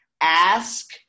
Ask